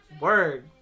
Word